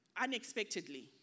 unexpectedly